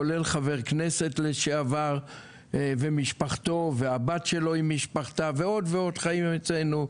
כולל חבר כנסת לשעבר ומשפחתו והבת שלו עם משפחתה ועוד ועוד חיים אצלנו.